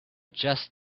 just